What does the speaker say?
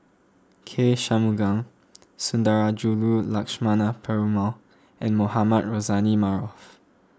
K Shanmugam Sundarajulu Lakshmana Perumal and Mohamed Rozani Maarof